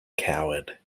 coward